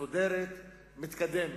מסודרת ומתקדמת.